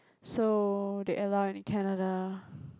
so they allow in Canada